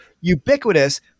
ubiquitous